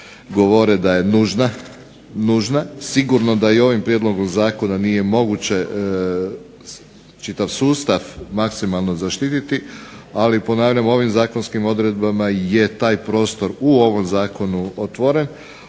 govore da je nužna. Sigurno da i ovim prijedlogom zakona nije moguće čitav sustav maksimalno zaštititi. Ali ponavljam, ovim zakonskim odredbama je taj prostor u ovom zakonu otvoren,